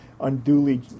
unduly